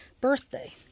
birthday